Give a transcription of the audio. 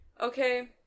Okay